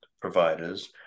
providers